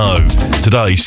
Today